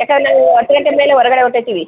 ಯಾಕೆಂದ್ರೆ ನಾವು ಹತ್ತು ಗಂಟೆ ಮೇಲೆ ಹೊರಗಡೆ ಹೊಂಟು ಹೋಗ್ತೀವಿ